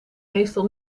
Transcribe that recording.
meestal